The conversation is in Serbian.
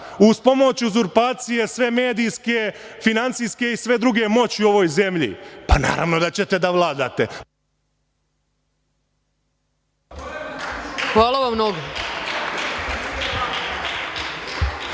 uz pomoć uzurpacije sve medijske, finansijske i sve druge moći u ovoj zemlji naravno da ćete da vladate. **Ana Brnabić**